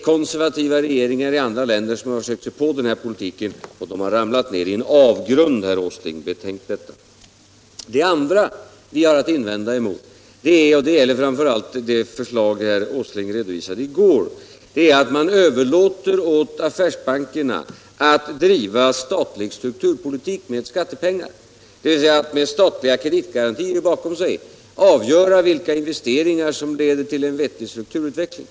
Konservativa regeringar i andra länder har försökt sig på den politiken, men de har ramlat ner i en avgrund, herr Åsling. Betänk detta! Det andra vi har att invända emot är framför allt det förslag herr Åsling redovisade i går. Man överlåter åt affärsbankerna att driva statlig strukturpolitik med skattepengar, dvs. att med statliga kreditgarantier bakom sig avgöra vilka investeringar som leder till en vettig strukturutveckling.